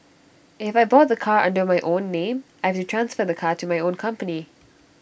if I bought the car under my own name I've to transfer the car to my own company